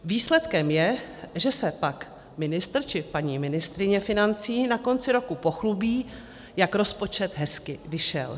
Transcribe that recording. Výsledkem je, že se pak ministr či paní ministryně financí na konci roku pochlubí, jak rozpočet hezky vyšel.